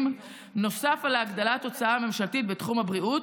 נוסף על הגדלת ההוצאה הממשלתית בתחום הבריאות,